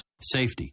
Safety